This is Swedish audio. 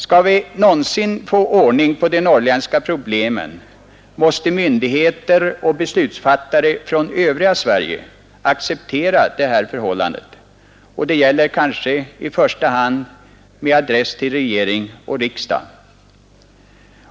Skall vi någonsin få ordning på de norrländska problemen måste myndigheter och beslutsfattare från det övriga Sverige acceptera det här förhållandet; jag säger det kanske i första hand med adress till regering och riksdag.